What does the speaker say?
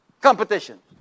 Competition